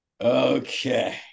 okay